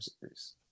Series